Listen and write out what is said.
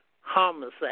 homicide